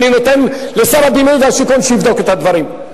אני נותן לשר הבינוי והשיכון שיבדוק את הדברים.